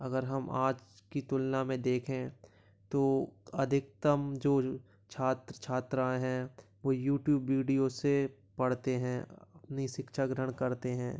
अगर हम आज की तुलना में देखें तो अधिकतम जो छात्र छात्राएं हैं वो यूट्यूब वीडियो से पढ़ते हैं अपनी शिक्षा ग्रहण करते हैं